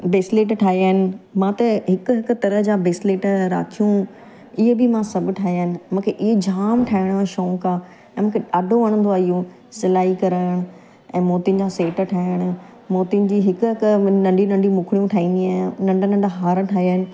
bracelet ठाहिया आहिनि मां त हिकु हिकु कलर जा ब्रेसलेट राखियूं इहे बि मां सभु ठाहिया आहिनि मूंखे इहे जाम ठाहिण जो शौक़ु आहे ऐं मूंखे ॾाढो वणंदो आहे इहो सिलाई करण ऐं मोतियुनि जा सेट ठाहिणु मोतियुनि जी हिकु हिकु नंढियूं नंढियूं मुखड़ियूं ठाहींदी आहियां नंढा नंढा हार ठाहिया आहिनि